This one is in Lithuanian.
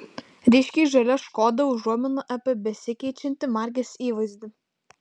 ryškiai žalia škoda užuomina apie besikeičiantį markės įvaizdį